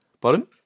Bottom